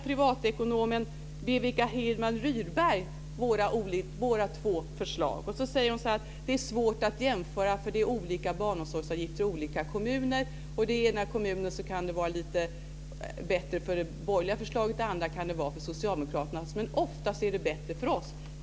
Privatekonomen Viveka Hirdman-Ryrberg kommenterade de två förslagen och sade att det är svårt att jämföra, för det är olika barnomsorgsavgifter i olika kommuner. I den ena kommunen kan det vara lite bättre med det borgerliga förslaget, i andra med socialdemokraternas. Men oftast är det bättre med vårt.